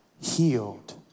healed